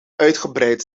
uitgebreid